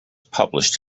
published